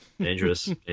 dangerous